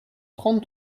trente